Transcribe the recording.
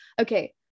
Okay